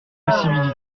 possibilités